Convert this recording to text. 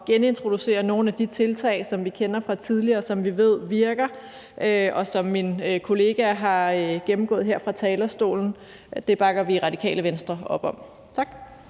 genintroducere nogle af de tiltag, som vi kender fra tidligere, som vi ved virker, og som mine kollegaer har gennemgået her fra talerstolen. Det bakker vi i Radikale Venstre op om. Tak.